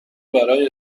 برای